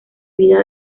vida